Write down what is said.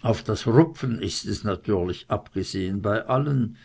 auf das rupfen ist es natürlich abgesehen bei allen